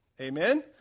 Amen